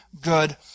good